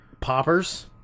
poppers